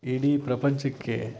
ಇಡೀ ಪ್ರಪಂಚಕ್ಕೆ